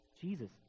Jesus